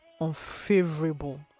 unfavorable